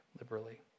liberally